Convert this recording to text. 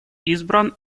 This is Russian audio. избран